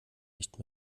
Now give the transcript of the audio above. nicht